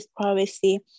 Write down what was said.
privacy